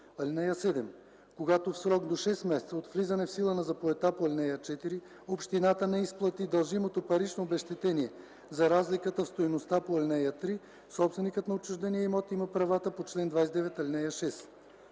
(7) Когато в срок до шест месеца от влизане в сила на заповедта по ал. 4, общината не изпрати дължимото парично обезщетение за разликата в стойността по ал. 3, собственикът на отчуждения имот има правата по чл. 29, ал. 6.